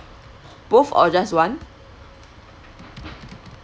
both or just one